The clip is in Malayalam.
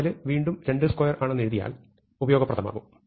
ഈ 4 വീണ്ടും 22 ആണെന്ന് എഴുതിയാൽ ഉപയോഗപ്രദമാകും